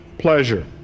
pleasure